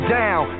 down